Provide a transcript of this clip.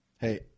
Hey